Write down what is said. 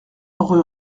rue